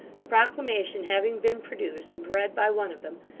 the proclamation having been produced and read by one of them,